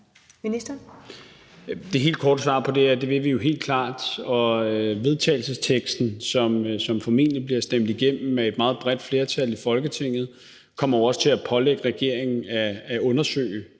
Det helt korte svar på det er, at det vil vi jo helt klart, og vedtagelsesteksten, som formentlig bliver stemt igennem med et meget bredt flertal i Folketinget, kommer jo også til at pålægge regeringen at undersøge